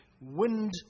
wind